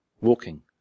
walking